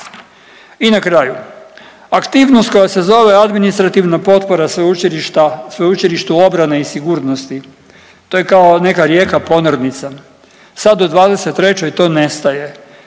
I na kraju, aktivnost koja se zove Administrativna potpora sveučilišta, Sveučilištu obrane i sigurnosti, to je kao neka rijeka ponornica, sad u '23. to nestaje.